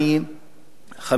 5% עשירים;